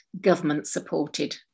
government-supported